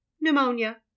pneumonia